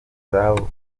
zabo